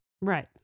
Right